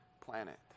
planet